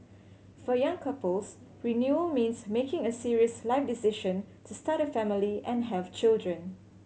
for young couples renewal means making a serious life decision to start a family and have children